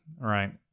right